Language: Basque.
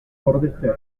gordetzea